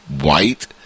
White